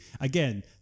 Again